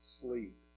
sleep